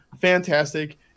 fantastic